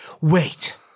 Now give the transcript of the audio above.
Wait